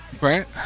right